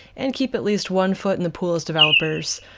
and keep at least one foot in the pool as developers,